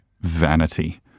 vanity